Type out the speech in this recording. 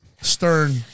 Stern